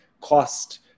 cost